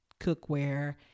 cookware